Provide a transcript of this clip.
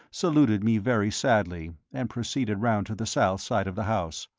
saluted me very sadly, and proceeded round to the south side of the house.